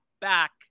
back